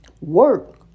work